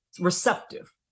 receptive